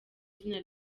izina